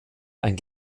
ein